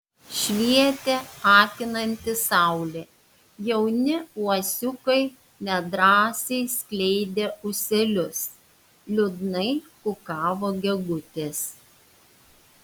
švietė akinanti saulė jauni uosiukai nedrąsiai skleidė ūselius liūdnai kukavo gegutės